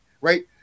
Right